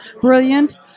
brilliant